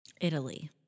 Italy